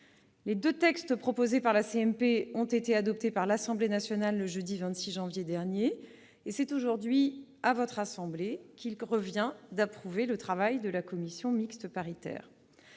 Les deux textes proposés par la CMP ont été adoptés par l'Assemblée nationale le jeudi 26 janvier dernier, et c'est aujourd'hui au Sénat qu'il revient d'approuver- ou non -le travail de la commission mixte paritaire.